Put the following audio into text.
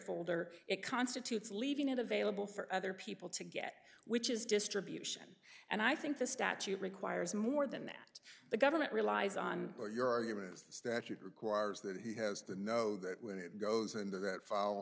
folder it constitutes leaving it available for other people to get which is distribution and i think the statute requires more than that the government relies on your argument is the statute requires that he has to know that when it goes into that file